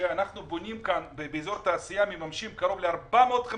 אנחנו מממשים באזור תעשייה קרוב ל-450